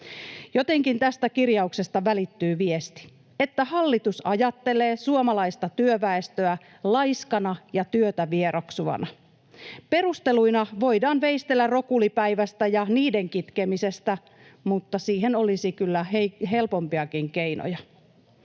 Jotenkin tästä kirjauksesta välittyy viesti, että hallitus ajattelee suomalaista työväestöä laiskana ja työtä vieroksuvana. Perusteluina voidaan veistellä rokulipäivistä ja niiden kitkemisestä, mutta siihen olisi kyllä helpompiakin keinoja.